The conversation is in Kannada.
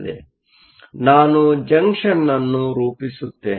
ಈಗ ನಾನು ಜಂಕ್ಷನ್ ಅನ್ನು ರೂಪಿಸುತ್ತೇನೆ